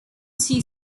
sea